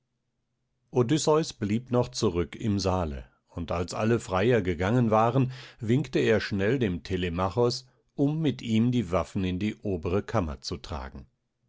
odysseus blieb noch zurück im saale und als alle freier gegangen waren winkte er schnell dem telemachos um mit ihm die waffen in die obere kammer zu tragen